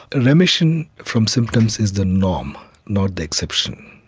ah remission from symptoms is the norm, not the exception.